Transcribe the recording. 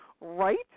Right